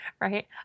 Right